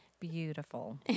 beautiful